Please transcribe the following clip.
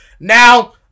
Now